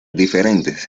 diferentes